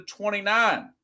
29